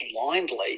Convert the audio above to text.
blindly